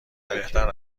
بهتر